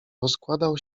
rozkładał